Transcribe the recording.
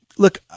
Look